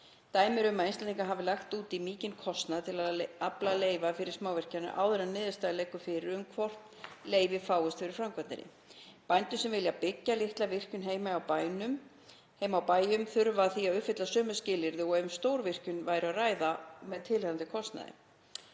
Dæmi eru um að einstaklingar hafi lagt út í mikinn kostnað til að afla leyfa fyrir smávirkjanir áður en niðurstaða liggur fyrir um hvort leyfi fáist fyrir framkvæmdinni. Bændur sem vilja byggja litla virkjun heima á bænum þurfa því að uppfylla sömu skilyrði og ef um stórvirkjun væri að ræða með tilheyrandi kostnaði.